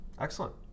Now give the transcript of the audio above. excellent